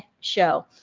show